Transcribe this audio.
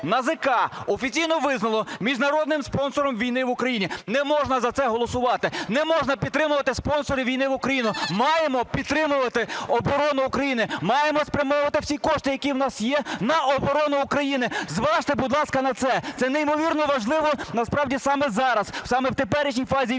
НАЗК офіційно визнало міжнародним спонсором війни в Україні. Не можна за це голосувати, не можна підтримувати спонсори війни в Україні. Маємо підтримувати оборону України, маємо спрямовувати всі кошти, які в нас є, на оборону України. Зважте, будь ласка, на це. Це неймовірно важливо насправді саме зараз, саме в теперішній фазі війни.